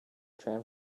tram